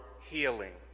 healing